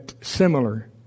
similar